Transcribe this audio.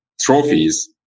trophies